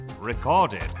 recorded